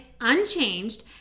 unchanged